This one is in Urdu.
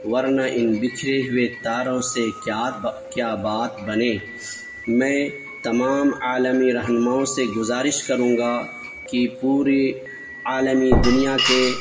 ورنہ ان بکھرے ہوئے تاروں سے کیا کیا بات بنے میں تمام عالمی رہنماؤں سے گزارش کروں گا کہ پوری عالمی دنیا کے